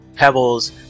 pebbles